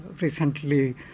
Recently